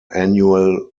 annual